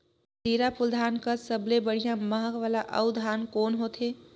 जीराफुल धान कस सबले बढ़िया महक वाला अउ कोन होथै?